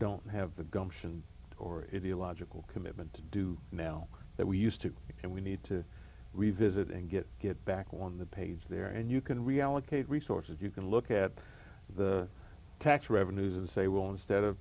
don't have the gumption or the illogical commitment to do now that we used to and we need to revisit and get get back on the page there and you can reallocate resources you can look at the tax revenues and say well instead of